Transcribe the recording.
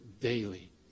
daily